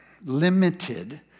limited